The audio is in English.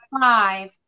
five